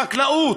החקלאות,